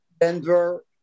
Denver